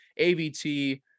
avt